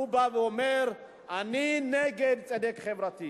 הוא בא ואומר: אני נגד צדק חברתי.